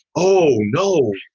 oh, no.